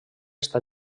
està